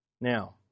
Now